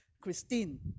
Christine